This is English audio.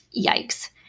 Yikes